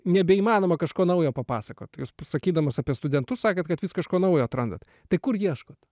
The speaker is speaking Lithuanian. nebeįmanoma kažko naujo papasakot jus sakydamas apie studentus sakėt kad vis kažko naujo atrandat tai kur ieškot